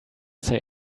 say